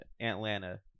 Atlanta